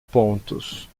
pontos